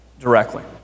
directly